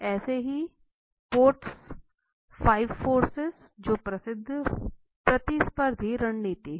ऐसे ही Porter's 5 model porter's five forces जो प्रसिद्ध प्रतिस्पर्धी रणनीति है